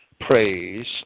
praise